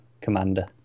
commander